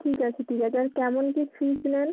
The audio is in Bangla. ঠিক আছে ঠিক আছে আর কেমন কী ফিস নেন